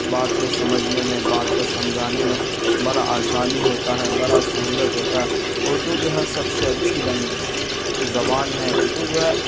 بات کو سمجھنے میں بات کو سمجھانے میں بڑا آسانی ہوتا ہے بڑا سہولت ہوتا ہے اردو جو ہے سب سے اچھی لینگ زبان ہے اردو جو ہے